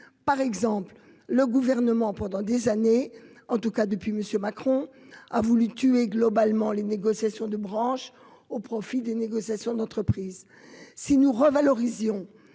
par exemple, le gouvernement pendant des années, en tout cas depuis Monsieur Macron a voulu tuer globalement les négociations de branche au profit des négociations d'entreprise si nous revalorisation